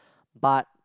but